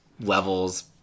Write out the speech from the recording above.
levels